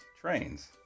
trains